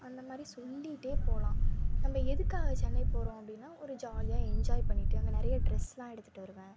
அந்த மாதிரி சொல்லிகிட்டே போகலாம் நம்ப எதுக்காக சென்னை போகிறோம் அப்படினா ஒரு ஜாலியாக என்ஜாய் பண்ணிகிட்டு அங்கே நிறையா ட்ரெஸெலாம் எடுத்துகிட்டு வருவேன்